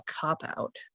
cop-out